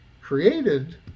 created